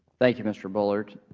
thank you, mr. bullard.